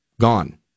gone